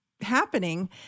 happening